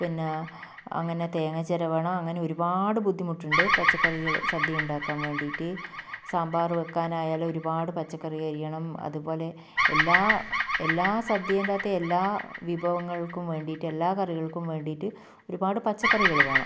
പിന്നെ അങ്ങനെ തേങ്ങ ചിരവണം അങ്ങനെ ഒരുപാട് ബുദ്ധിമുട്ടുണ്ട് പച്ചക്കറികൾ സദ്യ ഉണ്ടാക്കാൻ വേണ്ടിയിട്ട് സാമ്പാർ വയ്ക്കാനായാലും ഒരുപാട് പച്ചക്കറി അരിയണം അതുപോലെ എല്ലാ എല്ലാ സദ്യൻ്റെ അകത്തും എല്ലാ വിഭവങ്ങൾക്കും വേണ്ടിയിട്ട് എല്ലാ കറികൾക്കും വേണ്ടിയിട്ട് ഒരുപാട് പച്ചക്കറികൾ വേണം